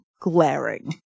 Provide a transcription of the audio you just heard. glaring